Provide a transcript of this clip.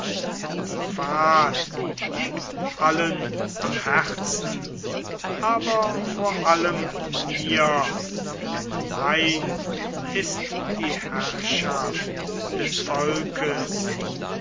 die fahrt liegt allen am herzen aber vor allem mir denn mein ist die herrschaft des volkes